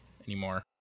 anymore